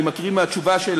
אני מקריא מהתשובה של